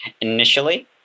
initially